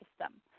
system